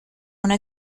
una